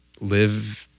live